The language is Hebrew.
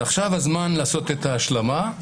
עכשיו הזמן לעשות את ההשלמה.